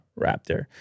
Raptor